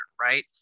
right